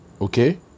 Okay